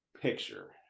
picture